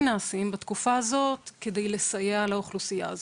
נעשים בתקופה הזאת כדי לסייע לאוכלוסייה הזאת.